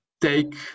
take